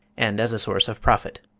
and as a source of profit.